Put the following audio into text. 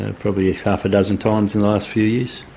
and probably yeah half a dozen times in the last few years.